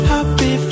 Happy